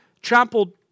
trampled